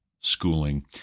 Schooling